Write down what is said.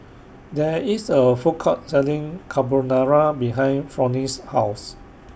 There IS A Food Court Selling Carbonara behind Fronnie's House